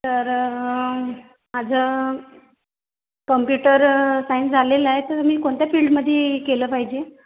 तर माझं computer science झालेलं आहे तर मी कोणत्या फील्डमध्ये केलं पाहिजे